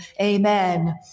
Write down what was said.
Amen